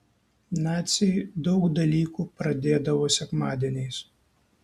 naciai daug dalykų pradėdavo sekmadieniais